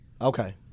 Okay